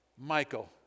Michael